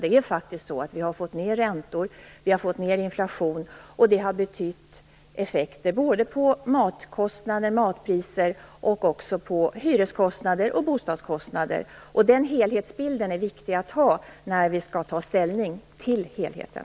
Vi har fått ned räntor och inflation, och det har betytt effekter både på matkostnader och matpriser och på hyreskostnader och bostadskostnader. Den helhetsbilden är viktig att ha när vi skall ta ställning till helheten.